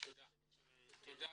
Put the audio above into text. תודה.